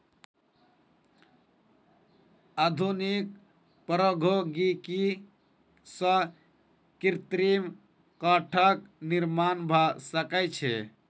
आधुनिक प्रौद्योगिकी सॅ कृत्रिम काठक निर्माण भ सकै छै